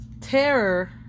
terror